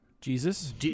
Jesus